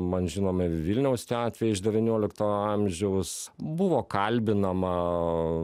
man žinomi vilniaus tie atvejai iš devyniolikto amžiaus buvo kalbinama